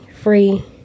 free